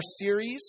series